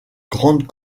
grandes